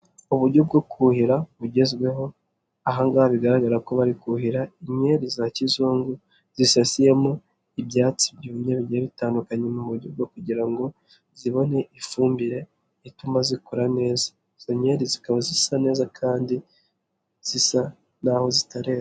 Uburyo bwo kuhira bugezweho, aha ngaha bigaragara ko bari kuhira inkeri za kizungu, zisasiyemo ibyatsi byumye bigiye bitandukanye mu buryo bwo kugira ngo zibone ifumbire ituma zikura neza, izo nkeri zikaba zisa neza kandi zisa naho zitareba.